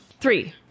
Three